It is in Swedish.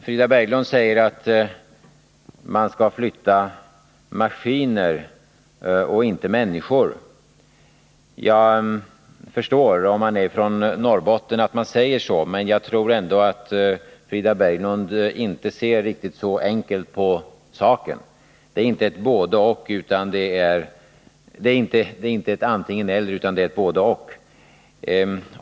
Frida Berglund säger att man skall flytta maskiner och inte människor. Jag förstår att man säger så om man är från Norrbotten, men jag tror inte att Frida Berglund ser riktigt så enkelt på saken. Det är inte ett antingen-eller utan både-och.